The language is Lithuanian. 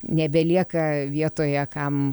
nebelieka vietoje kam